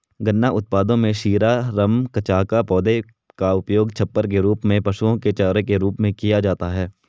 गन्ना उत्पादों में शीरा, रम, कचाका, पौधे का उपयोग छप्पर के रूप में, पशुओं के चारे के रूप में किया जाता है